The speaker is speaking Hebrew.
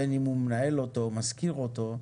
בין אם הוא מנהל אותו או משכיר אותו,